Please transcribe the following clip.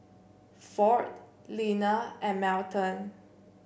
Ford Leaner and Melton